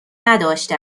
نداشته